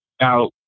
now